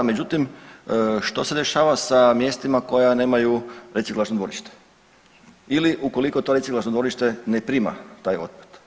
Međutim, što se dešava sa mjestima koja nemaju reciklažno dvorište ili ukoliko to reciklažno dvorište ne prima taj otpad?